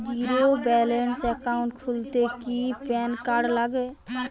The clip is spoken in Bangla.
জীরো ব্যালেন্স একাউন্ট খুলতে কি প্যান কার্ড লাগে?